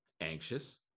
Anxious